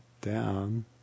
down